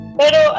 pero